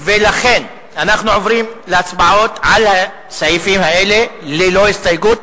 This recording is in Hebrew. ולכן אנחנו עוברים להצבעה על הסעיפים האלה ללא הסתייגות,